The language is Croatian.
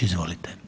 Izvolite.